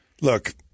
Look